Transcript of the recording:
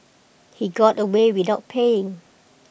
he got away without paying